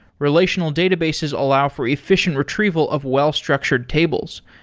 relational databases allow for efficient retrieval of well-structured tables.